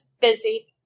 busy